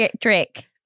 Drake